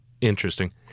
Interesting